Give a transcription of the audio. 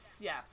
yes